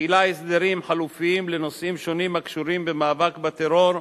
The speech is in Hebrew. מחילה הסדרים חלופיים לנושאים שונים הקשורים למאבק בטרור,